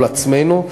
מול עצמנו.